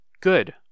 good